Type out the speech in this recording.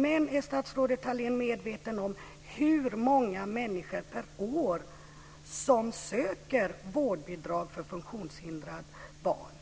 Men är statsrådet Thalén medveten om hur många människor per år som söker vårdbidrag för funktionshindrade barn?